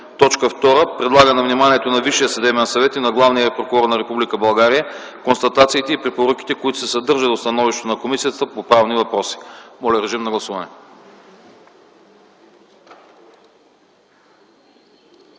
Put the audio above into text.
г. 2. Предлага на вниманието на Висшия съдебен съвет и на главния прокурор на Република България констатациите и препоръките, които се съдържат в становището на Комисията по правни въпроси.” Гласували